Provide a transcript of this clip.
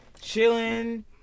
chilling